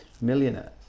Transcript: millionaires